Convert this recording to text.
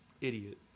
idiot